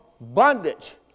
bondage